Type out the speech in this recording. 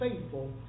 faithful